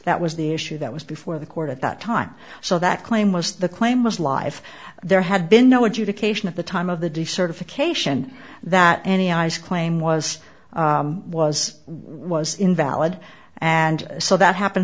that was the issue that was before the court at that time so that claim was the claim was live there had been no adjudication of the time of the decertification that any ice claim was was was invalid and so that happen